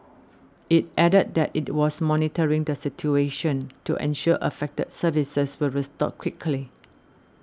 it added that it was monitoring the situation to ensure affected services were restored quickly